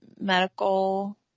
medical